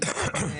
בפועל,